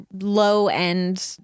low-end